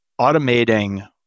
automating